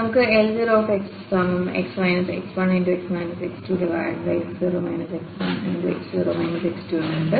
നമ്മൾക്ക്L0xx0 x1 ഉണ്ട്